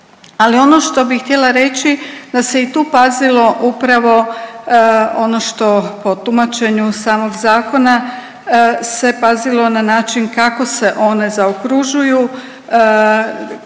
Ali ono što bi htjela reći da se i tu pazilo upravo ono što po tumačenju samog zakona se pazilo na način kako se one zaokružuju,